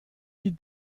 die